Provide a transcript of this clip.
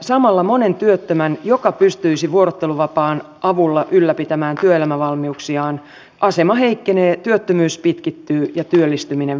samalla monen työttömän joka pystyisi vuorotteluvapaan avulla ylläpitämään työelämävalmiuksiaan asema heikkenee työttömyys pitkittyy ja työllistyminen vaikeutuu